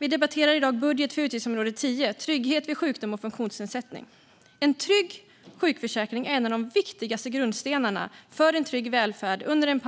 Vi debatterar i dag budgeten för utgiftsområde 10 Ekonomisk trygghet vid sjukdom och funktionsnedsättning. En trygg sjukförsäkring är en av de viktigaste grundstenarna för en trygg välfärd. Under en